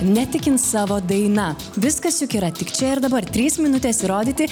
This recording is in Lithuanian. netikint savo daina viskas juk yra tik čia ir dabar trys minutės įrodyti